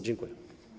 Dziękuję.